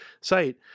site